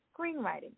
screenwriting